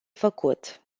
făcut